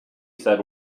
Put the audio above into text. said